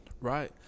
right